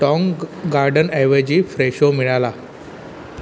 टाँग गार्डनऐवजी फ्रेशो मिळाला